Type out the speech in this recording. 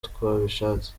twabishatse